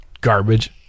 garbage